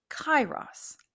kairos